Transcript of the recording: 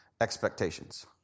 expectations